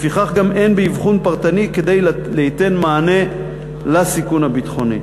לפיכך גם אין באבחון פרטני כדי ליתן מענה לסיכון הביטחוני.